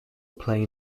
play